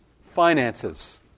finances